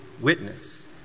witness